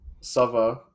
Sava